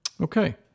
Okay